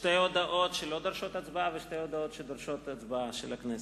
שתי הודעות שלא דורשות הצבעה ושתי הודעות שדורשות הצבעה של הכנסת.